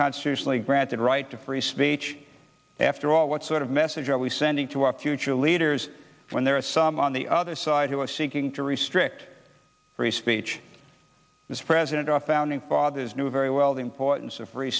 constitutionally granted right to free speech after all what sort of message are we sending to our future leaders when there are some on the other side who are seeking to restrict free speech this president our founding fathers knew very well the importance of free